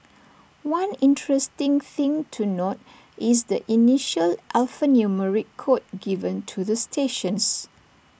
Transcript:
one interesting thing to note is the initial alphanumeric code given to the stations